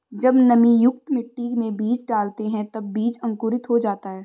जब नमीयुक्त मिट्टी में बीज डालते हैं तब बीज अंकुरित हो जाता है